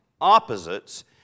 opposites